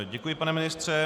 Děkuji, pane ministře.